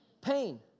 Pain